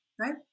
right